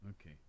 Okay